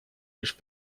лишь